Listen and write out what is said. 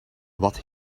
wat